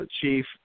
chief